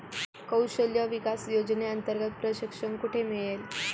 कौशल्य विकास योजनेअंतर्गत प्रशिक्षण कुठे मिळेल?